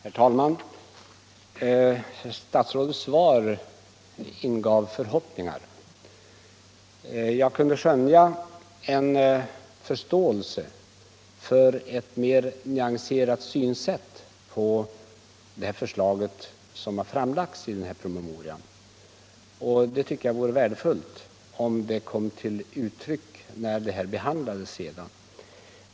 Herr talman! Statsrådets svar ingav förhoppningar. Jag kunde skönja en förståelse för ett mer nyanserat synsätt på det förslag som framlagts i den här promemorian. Det vore värdefullt om det kunde komma till uttryck i den fortsatta behandlingen av frågan.